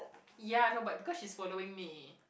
ya I know but because she's following me